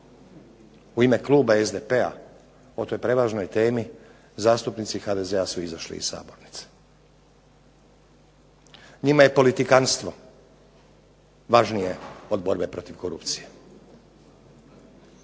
u ime kluba SDP-a o toj prevažnoj temi zastupnici HDZ-a su izašli iz sabornice, njima je politikanstvo važnije od borbe protiv korupcije.